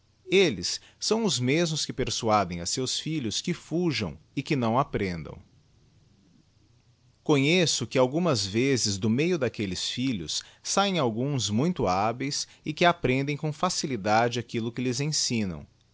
elles são os mesmos que persuadem a seus filhos que fujam e que não aprendam conheço que algumas vezes do meio d'aquelleb filhos sabem alguns muito babeis e que aprendem com facilidade aquillo que lhes ensinam